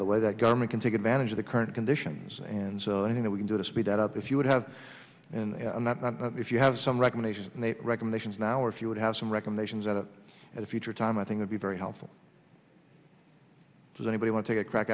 the way that government can take advantage of the current conditions and so anything that we can do to speed that up if you would have and if you have some recommendations recommendations now or if you would have some recommendations that are at a future time i think would be very helpful does anybody want take a crack